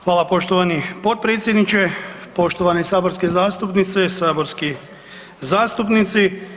Hvala poštovani potpredsjedniče, poštovani saborske zastupnice, saborski zastupnici.